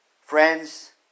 Friends